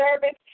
service